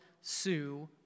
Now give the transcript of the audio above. sue